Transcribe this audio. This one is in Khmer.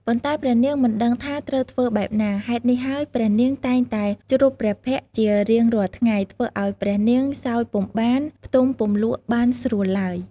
ប៉ុន្តែព្រះនាងមិនដឹងថាត្រូវធ្វើបែបណា ហេតុនេះហើយព្រះនាងតែងតែជ្រប់ព្រះភ័ក្រជារាងរាល់ថ្ងៃធ្វើឲ្យព្រះនាងសោយពុំបាន ផ្ទំពុំលក់បានស្រួលឡើយ។